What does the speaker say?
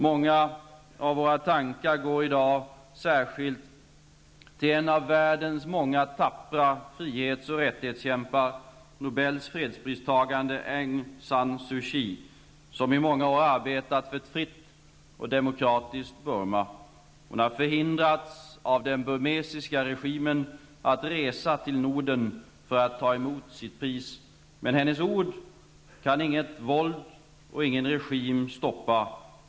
Många av våra tankar går i dag särskilt till en av världens många tappra frihets och rättighetskämpar, Nobels fredspristagare Aung San Suu Kyi, som i många år arbetat för ett fritt och demokratiskt Burma. Hon har förhindrats av den burmesiska regimen att resa till Norden för att ta emot sitt pris. Men hennes ord kan inget våld och ingen regim stoppa.